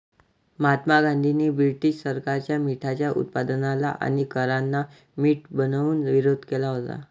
महात्मा गांधींनी ब्रिटीश सरकारच्या मिठाच्या उत्पादनाला आणि करांना मीठ बनवून विरोध केला होता